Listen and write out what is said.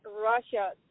Russia